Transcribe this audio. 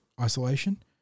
isolation